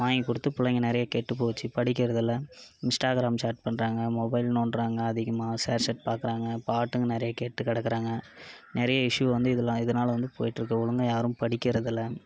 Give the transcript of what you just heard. வாங்கி கொடுத்து பிள்ளைங்க நிறையா கெட்டு போச்சு படிக்கிறதில்லை இன்ஸ்டாகிராம் சேட் பண்ணுறாங்க மொபைல் நோண்டுகிறாங்க அதிகமாக ஷேர் சேட் பார்க்கறாங்க பாட்டுங்க நிறைய கேட்டு கிடக்கறாங்க நிறைய இஷ்யூ வந்து இதெலாம் இதனால வந்து போய்கிட்ருக்கு ஒழுங்காக யாரும் படிக்கிறதில்லை